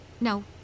No